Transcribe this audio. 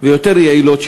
ויותר יעילות,